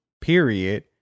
period